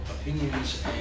opinions